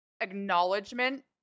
acknowledgement